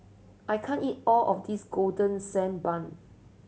I can't eat all of this Golden Sand Bun